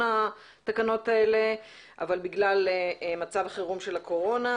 התקנות האלה אבל בגלל מצב החירום בגין הקורונה,